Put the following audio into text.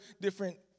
different